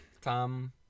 Tom